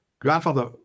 grandfather